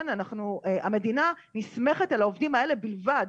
המדינה נסמכת על העובדים האלה בלבד.